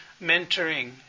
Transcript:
mentoring